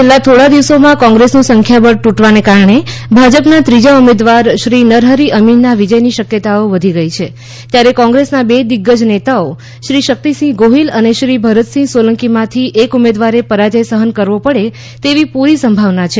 છેલ્લા થોડા દિવસોમાં કોંગ્રેસનું સંખ્યાબળ તૂટવાને કારણે ભાજપના ત્રીજાઉમેદવાર શ્રી નરહરિ અમીનના વિજય ની શક્યતાઓ વધી ગઈ છે ત્યારે કોંગ્રેસનાબે દિઝાજ નેતાઓ શ્રી શક્તિસિંહ ગોહિલ અને શ્રી ભરતસિંહ સોલંકીમાંથી એકઉમેદવારે પરાજય સહન કરવો પડે તેવી પુરી સંભાવના છે